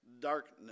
darkness